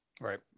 Right